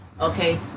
okay